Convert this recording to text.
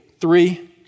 Three